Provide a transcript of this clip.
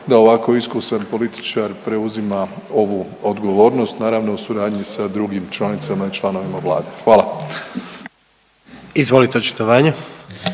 da ovako iskusan političar preuzima ovu odgovornost naravno u suradnji sa drugim članicama i članovima Vlade, hvala. **Jandroković,